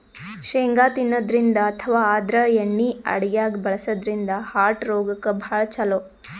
ಶೇಂಗಾ ತಿನ್ನದ್ರಿನ್ದ ಅಥವಾ ಆದ್ರ ಎಣ್ಣಿ ಅಡಗ್ಯಾಗ್ ಬಳಸದ್ರಿನ್ದ ಹಾರ್ಟ್ ರೋಗಕ್ಕ್ ಭಾಳ್ ಛಲೋ